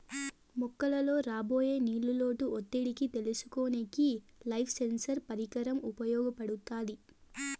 మొక్కలలో రాబోయే నీళ్ళ లోటు ఒత్తిడిని తెలుసుకొనేకి లీఫ్ సెన్సార్ పరికరం ఉపయోగపడుతాది